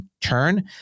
turn